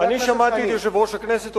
לא, אני שמעתי את יושב-ראש הכנסת.